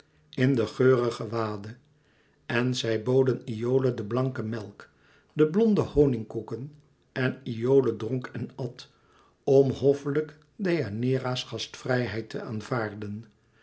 in de geurige wade en zij boden iole de blanke melk de blonde honigkoeken en iole dronk en at om hoffelijk deianeira's gastvrijheid te aanvaarden